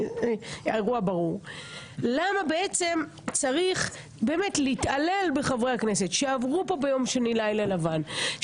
האירוע ברור למה צריך להתעלל בחברי הכנסת שעברו ביום שני לילה לבן,